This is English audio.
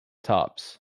tops